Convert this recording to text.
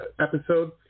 episode